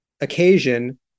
occasion